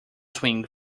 swing